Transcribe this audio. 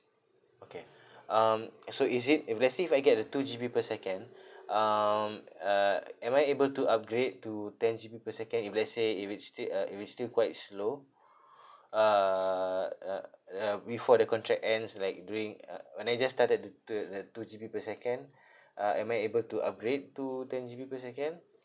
okay um uh so is it if let's say if I get the two G_B per second um uh am I able to upgrade to ten G_B per second if let's say if it's sti~ uh if it's still quite slow uh uh uh before the contract ends like during uh when I just started the the the two G_B per second uh am I able to upgrade to ten G_B per second